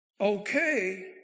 okay